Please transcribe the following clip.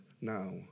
now